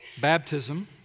Baptism